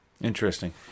Interesting